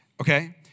okay